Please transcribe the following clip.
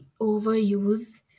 overuse